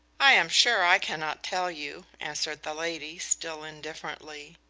i am sure i cannot tell you, answered the lady, still indifferently.